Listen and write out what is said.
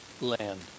land